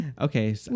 Okay